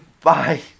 Bye